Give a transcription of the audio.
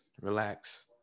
relax